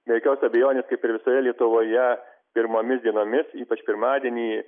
be jokios abejonės kaip ir visoje lietuvoje pirmomis dienomis ypač pirmadienį